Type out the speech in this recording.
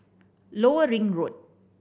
Lower Ring Road